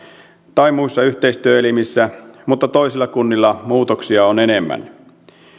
tai muissa yhteistyöelimissä mutta toisilla kunnilla muutoksia on enemmän